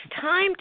time